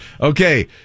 Okay